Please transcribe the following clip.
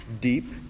deep